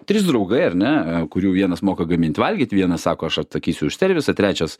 trys draugai ar ne kurių vienas moka gamint valgyti vienas sako aš atsakysiu už servisą trečias